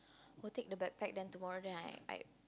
we'll take the backpack then tomorrow I I